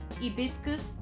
hibiscus